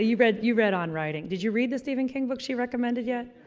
you read you read on writing. did you read the steven king book she recommended yet?